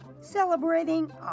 Celebrating